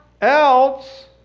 else